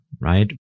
right